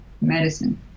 medicine